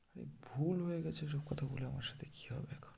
আরে ভুল হয়ে গেছে এসব কথা বলে আমার সাথে কী হবে এখন